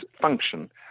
function